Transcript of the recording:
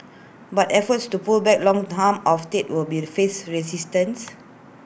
but efforts to pull back long Town of state will face resistance